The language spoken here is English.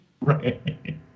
Right